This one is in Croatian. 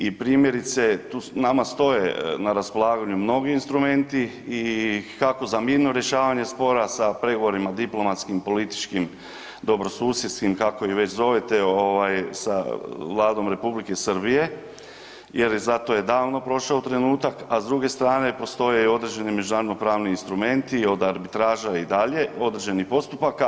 I primjerice nama stoje na raspolaganju mnogi instrumenti i kako za mirno rješavanje spora sa pregovorima diplomatskim, političkim, dobrosusjedskim, kako ih već zovete, ovaj sa Vladom Republike Srbije jer za to je davno prošao trenutak, a s druge strane postoje i određeni međunarodno pravni instrumenti, od arbitraža i dalje, određeni postupaka.